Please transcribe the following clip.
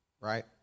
Right